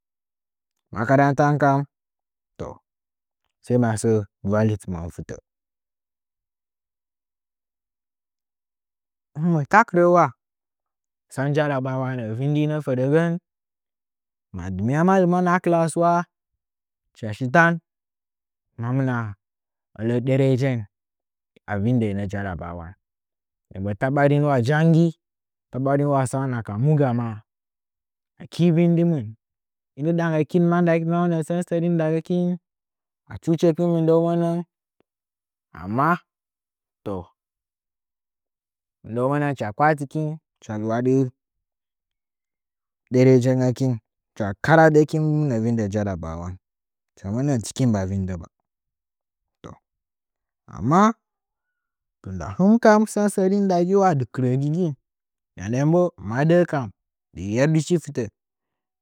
Makarantan kani toh sai ma səə vallitɨmən fɨtə ma bo takɨrə na sən jarabawa nə’ə vindinə fədəgən ma dɨmya’a maltimən a a class wa hɨchashi tan manna ələ derəjen a vindəinə jarabawan daga ta ɓarinʊa janggi ta ɓarin wa tsaman aka mu gamɨn aki vin dimɨn i ndɨ dangəkin ma sən sərin nda gəkin mandakina monə ma sən sərin ndagəkin achuchekin mɨndəunəngən amma toj mɨndəungən hɨcha kpa’atɨkin hɨcha lɨwadɨ derə jingəkin hɨcha ka radəkin mɨna vində jarabawa hɨcha monə tɨkin ba vɨndə ba toh amma tunda hɨnkam sən sərin nda giwa dɨ kɨrəgi gin yerdɨchi fɨtə.